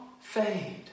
fade